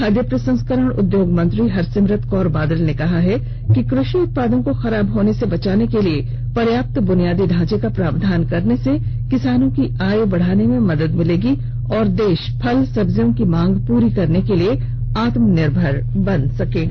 खाद्य प्रसंस्करण उद्योग मंत्री हरसिमरत कौर बादल ने कहा है कि कृषि उत्पादों को खराब होने से बचाने के लिए पर्याप्त बुनियादी ढांचे का प्रावधान करने से किसानों की आय बढ़ाने में मदद मिलेगी और देश फल सब्जियों की मांग को पूरा करने के लिए आत्मनिर्भर बन सकेगा